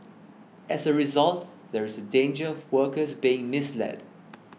as a result there is a danger of workers being misled